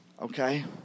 okay